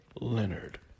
Leonard